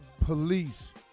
Police